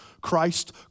Christ